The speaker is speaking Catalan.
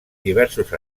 diversos